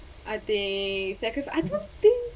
are they sacrifice I don't think